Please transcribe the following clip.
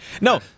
No